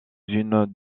unes